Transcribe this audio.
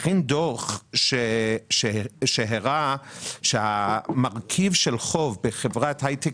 הכינה דוח שהראה שהמרכיב של חוב בחברת הייטק